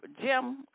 Jim